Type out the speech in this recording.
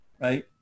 right